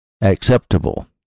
acceptable